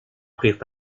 prirent